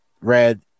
Red